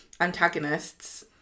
antagonists